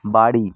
বাড়ি